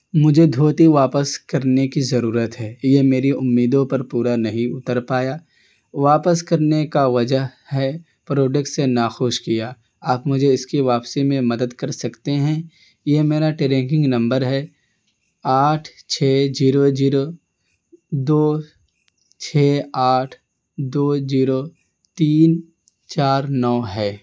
مجھے دھوتی واپس کرنے کی ضرورت ہے یہ میری امیدوں پر پورا نہیں اتر پایا واپس کرنے کا وجہ ہے پروڈکٹ سے ناخوش کیا آپ مجھے اس کی واپسی میں مدد کر سکتے ہیں یہ میرا ٹریگنگ نمبر ہے آٹھ چھ زیرو زیرو دو چھ آٹھ دو زیرو تین چار نو ہے